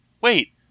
wait